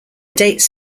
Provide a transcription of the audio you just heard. dates